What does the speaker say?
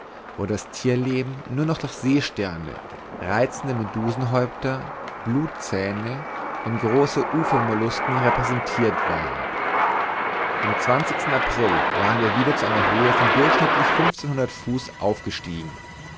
wo das thierleben nur noch durch seesterne reizende medusenhäupter blutzähne und große ufermollusken repräsentirt war am april waren wir wieder zu einer höhe von durchschnittlich fünfzehnhundert fuß aufgestiegen